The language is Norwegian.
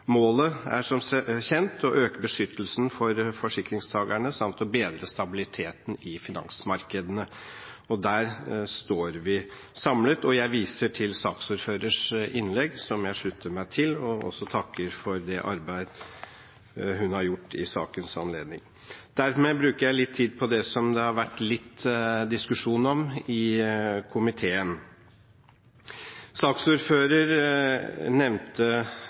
Målet er som kjent å øke beskyttelsen for forsikringstakerne samt å bedre stabiliteten i finansmarkedene, og der står vi samlet. Jeg viser til saksordførerens innlegg, som jeg slutter meg til, og jeg takker også for det arbeidet hun har gjort i sakens anledning. Dermed bruker jeg litt tid på det som det har vært litt diskusjon om i komiteen. Saksordføreren nevnte